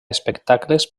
espectacles